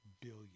billion